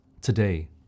today